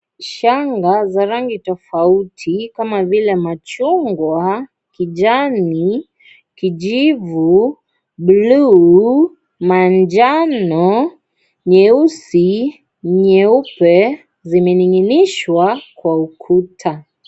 Shanga za rangi tofauti kama vile machungwa, kijani, kijivu, buluu, manjano, nyeusi, nyeupe zimening'inizwa kwa ukuta.